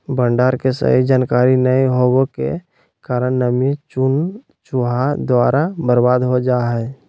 भंडारण के सही जानकारी नैय होबो के कारण नमी, घुन, चूहा द्वारा बर्बाद हो जा हइ